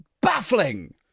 baffling